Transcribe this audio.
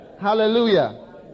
hallelujah